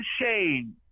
shame